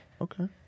Okay